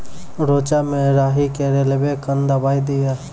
रेचा मे राही के रेलवे कन दवाई दीय?